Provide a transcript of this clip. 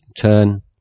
turn